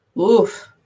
Oof